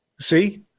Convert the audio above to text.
see